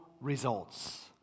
results